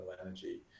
energy